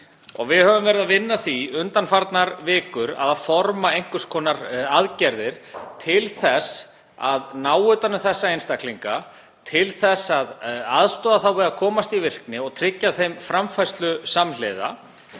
Við höfum verið að vinna að því undanfarnar vikur að forma einhvers konar aðgerðir til þess að ná utan um þessa einstaklinga, til þess að aðstoða þá við að komast í virkni og tryggja þeim framfærslu samhliða.